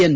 N